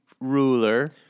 Ruler